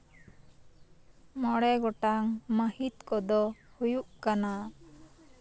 ᱢᱚᱬᱮ ᱜᱚᱴᱟᱝ ᱢᱟᱹᱦᱤᱛ ᱠᱚᱫᱚ ᱦᱩᱭᱩᱜ ᱠᱟᱱᱟ